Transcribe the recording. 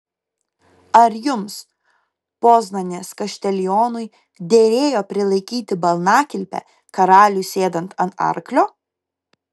ar jums poznanės kaštelionui derėjo prilaikyti balnakilpę karaliui sėdant ant arklio